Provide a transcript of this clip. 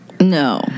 No